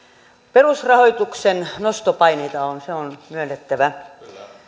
perusrahoituksen nostopaineita on se on myönnettävä